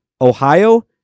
Ohio